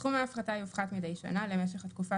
סכום הפחתה יופחת מדי נשה למשך התקופה